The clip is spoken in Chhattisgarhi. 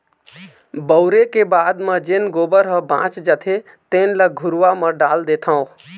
बउरे के बाद म जेन गोबर ह बाच जाथे तेन ल घुरूवा म डाल देथँव